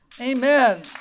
Amen